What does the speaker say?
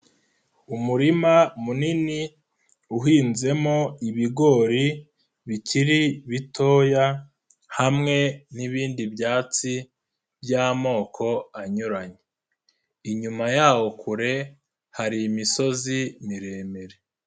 Umurima munini uhinzemo ibigori bikiri bitoya hamwe n'ibindi byatsi by'amoko anyuranye, inyuma y'aho kure hari imisozi miremire.